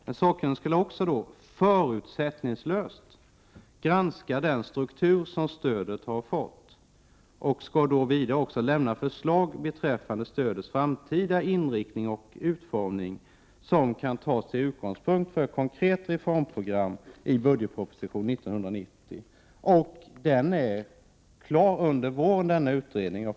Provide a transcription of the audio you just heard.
Den sakkunnige skall vidare ”förutsättningslöst granska den struktur som stödet har fått och lämna förslag beträffande stödets framtida inriktning och utformning, som kan tas till utgångspunkt för ett konkret reformprogram i budgetpropositionen 1990”. Denna utredning blir klar under våren.